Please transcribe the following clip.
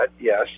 yes